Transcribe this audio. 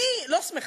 אני לא שמחה,